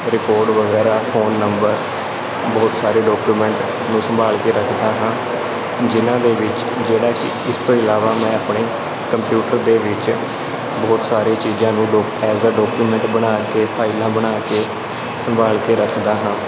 record ਵਗੈਰਾ phone number ਬਹੁਤ ਸਾਰੇ ਡੌਕੂਮੈਂਟ ਨੂੰ ਸੰਭਾਲ ਕੇ ਰੱਖਦਾ ਹਾਂ ਜਿਨ੍ਹਾਂ ਦੇ ਵਿੱਚ ਜਿਹੜਾ ਕਿ ਇਸ ਤੋਂ ਇਲਾਵਾ ਮੈਂ ਆਪਣੇ ਕੰਪਿਊਟਰ ਦੇ ਵਿੱਚ ਬਹੁਤ ਸਾਰੇ ਚੀਜ਼ਾਂ ਨੂੰ ਡੋਕ ਐਜ ਅ ਡੌਕੂਮੈਂਟ ਬਣਾ ਕੇ ਫਾਈਲਾਂ ਬਣਾ ਕੇ ਸੰਭਾਲ ਕੇ ਰੱਖਦਾ ਹਾਂ